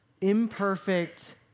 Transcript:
imperfect